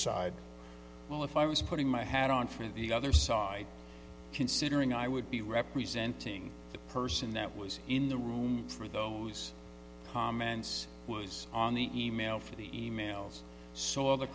side well if i was putting my hat on for the other side considering i would be representing the person that was in the room for those comments was on the email for the e mails so